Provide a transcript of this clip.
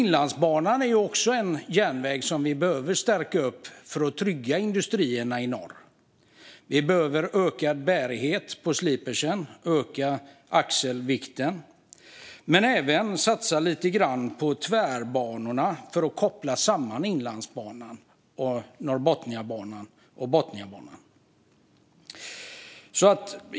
Inlandsbanan är också en järnväg vi behöver stärka för att trygga industrierna i norr. Vi behöver öka bärigheten på sliprarna och öka axelvikten. Vi behöver även satsa lite grann på tvärbanorna för att koppla samman Inlandsbanan, Norrbotniabanan och Botniabanan.